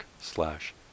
slash